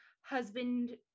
husband